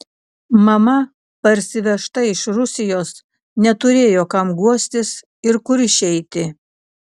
mama parsivežta iš rusijos neturėjo kam guostis ir kur išeiti